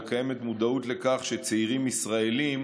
וקיימת מודעות לכך שצעירים ישראלים